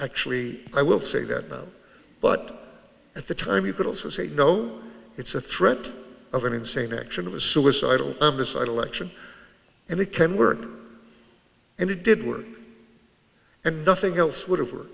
actually i will say that but at the time you could also say you know it's a threat of an insane action of a suicidal decide election and it can work and it did work and nothing else would have